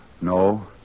No